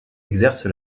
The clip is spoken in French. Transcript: exerce